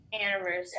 anniversary